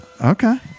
Okay